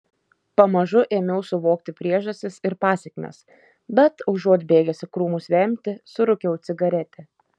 pamažu ėmiau suvokti priežastis ir pasekmes bet užuot bėgęs į krūmus vemti surūkiau cigaretę